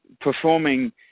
performing